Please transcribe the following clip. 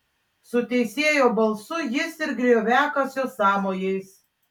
su teisėjo balsu jis ir grioviakasio sąmojais